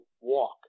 walk